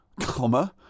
comma